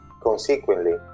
consequently